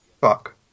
Fuck